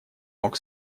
мог